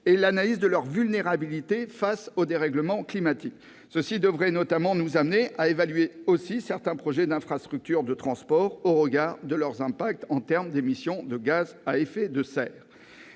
le climat et sa vulnérabilité face au dérèglement climatique. Cela devrait aussi nous amener à évaluer certains projets d'infrastructures de transport au regard de leur impact en termes d'émissions de gaz à effet de serre.